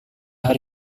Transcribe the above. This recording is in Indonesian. hari